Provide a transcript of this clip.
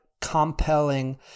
compelling